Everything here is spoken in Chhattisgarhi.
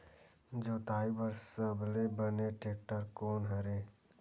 जोताई बर सबले बने टेक्टर कोन हरे?